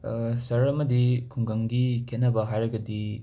ꯁꯍꯔ ꯑꯃꯗꯤ ꯈꯨꯡꯒꯪꯒꯤ ꯈꯦꯠꯅꯕ ꯍꯥꯏꯔꯒꯗꯤ